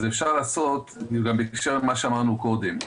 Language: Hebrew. זה גם מתקשר למה שאמרנו קודם,